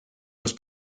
los